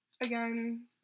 again